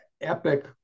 epic